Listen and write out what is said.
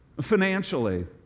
financially